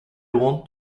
want